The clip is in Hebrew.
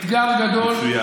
האתגר הגדול,